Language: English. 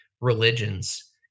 religions